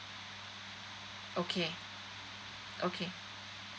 okay okay